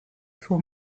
suo